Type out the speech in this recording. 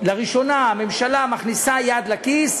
לראשונה הממשלה מכניסה יד לכיס,